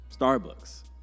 Starbucks